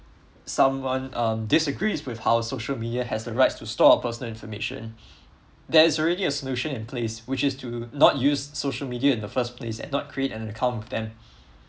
someone um disagrees with how social media has the rights to store our personal information there's already solution in place which is to not use social media in the first place and not create an account with them